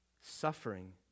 suffering